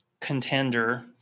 contender